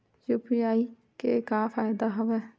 UPI के का फ़ायदा हवय?